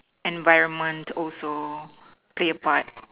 environment also play a part